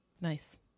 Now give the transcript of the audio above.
Nice